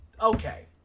Okay